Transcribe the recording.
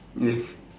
yes